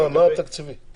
מה האירוע התקציבי פה?